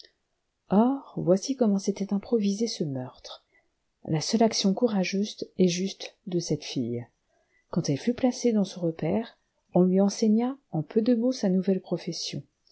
or voici comment s'était improvisé ce meurtre la seule action courageuse et juste de cette fille quand elle fut placée dans ce repaire on lui enseigna en peu de mots sa nouvelle profession